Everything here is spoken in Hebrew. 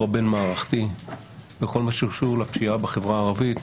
הבין-מערכתי בכל מה שקשור לפשיעה בחברה הערבית,